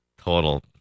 Total